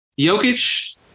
Jokic